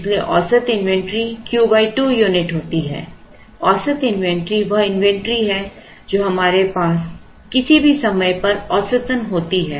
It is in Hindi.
इसलिए औसत इन्वेंट्री Q 2 यूनिट होती है औसत इन्वेंट्री वह इन्वेंट्री होती है जो हमारे पास किसी भी समय पर औसतन होती है